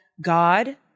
God